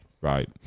right